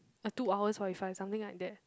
uh two hours forty five something like that